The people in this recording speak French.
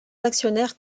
actionnaires